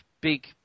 big